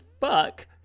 fuck